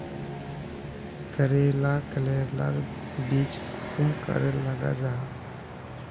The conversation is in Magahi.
करेला करेलार बीज कुंसम करे लगा जाहा?